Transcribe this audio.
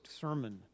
sermon